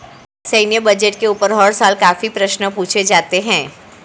सैन्य बजट के ऊपर हर साल काफी प्रश्न पूछे जाते हैं